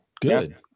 good